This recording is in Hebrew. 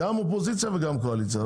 גם אופוזיציה וגם קואליציה.